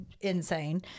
insane